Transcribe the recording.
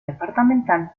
departamental